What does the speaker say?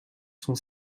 sont